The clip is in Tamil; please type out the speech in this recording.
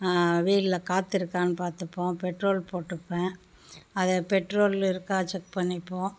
வீல்லில் காற்று இருக்கான்னு பார்த்துப்போம் பெட்ரோல் போட்டுப்பேன் அது பெட்ரோல் இருக்கா செக் பண்ணிப்போம்